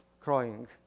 crying